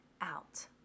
out